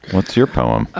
what's your poem?